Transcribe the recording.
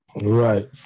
Right